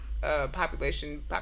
population